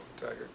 Tiger